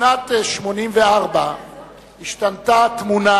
בשנת 1984 השתנתה התמונה,